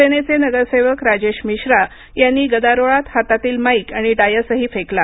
सेनेचे नगरसेवक राजेश मिश्रा यांनी गदारोळात हातातील माईक आणि डायसही फेकला